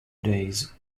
days